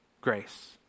grace